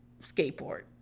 skateboard